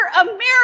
America